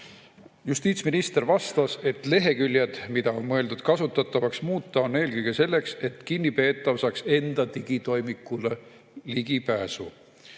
Justiitsminister vastas, et leheküljed, mida on mõeldud kasutatavaks muuta, on eelkõige selleks, et kinnipeetav saaks enda digitoimikule ligipääsu.